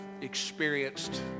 experienced